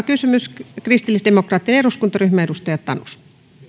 kysymys kristillisdemokraattinen eduskuntaryhmä edustaja tanus